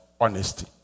honesty